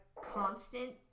constant